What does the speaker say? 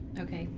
okay.